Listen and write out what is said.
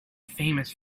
famous